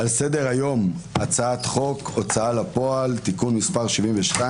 על סדר-היום: הצעת חוק ההוצאה לפועל (תיקון מס' 72)